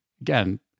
again